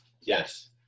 Yes